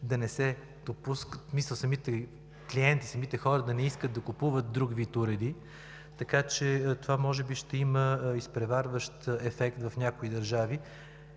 страни, в смисъл самите клиенти, самите хора да не искат да купуват друг вид уреди. Така че това може би ще има изпреварващ ефект в някои държави.